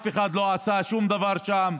אף אחד לא עשה שום דבר שם.